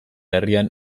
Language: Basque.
herrian